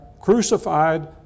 crucified